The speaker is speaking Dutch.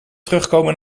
terugkomen